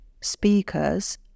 speakers